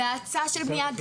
בהאצה של בנייה.